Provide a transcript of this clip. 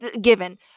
Given